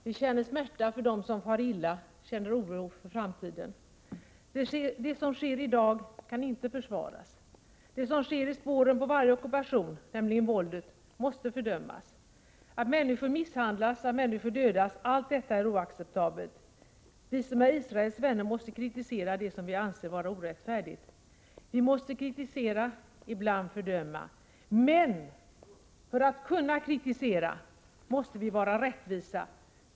Vi känner smärta för dem som far illa, känner oro för framtiden. Det som sker i dag kan inte försvaras. Det som sker i spåren på varje ockupation, nämligen våldet, måste fördömas. Att människor misshandlas, att människor dödas, allt detta är oacceptabelt. Vi som är Israels vänner måste kritisera det vi anser vara orättfärdigt. Vi måste kritisera, ibland fördöma. För att kunna göra detta måste vi vara rättvisa.